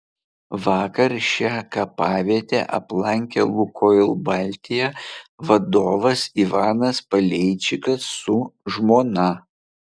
vakar šią kapavietę aplankė lukoil baltija vadovas ivanas paleičikas su žmona